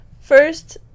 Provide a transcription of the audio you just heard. First